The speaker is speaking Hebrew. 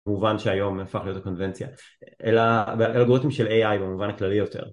מובן שהיום הפך להיות קונבנציה אלא באלגוריתם של AI במובן הכללי יותר